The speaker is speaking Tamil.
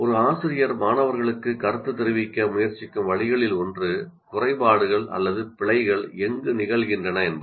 ஒரு ஆசிரியர் மாணவர்களுக்கு கருத்து தெரிவிக்க முயற்சிக்கும் வழிகளில் ஒன்று குறைபாடுகள் அல்லது பிழைகள் எங்கு நிகழ்கின்றன என்பது